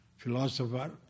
Philosopher